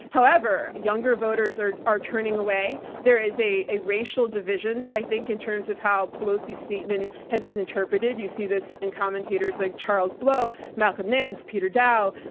however, younger voters are are turning away, there is a a racial division, i think, in terms of how pelosi's statement has been interpreted. you see this with commentators like charles blow, malcolm nance, peter dow,